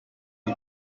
you